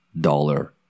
dollar